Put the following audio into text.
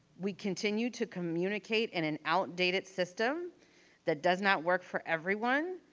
we continue to communicate in an outdated system that does not work for everyone.